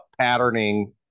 patterning